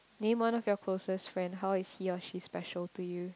name one of your closest friend how is he or she special to you